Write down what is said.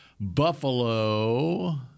Buffalo